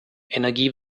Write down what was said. energie